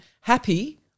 happy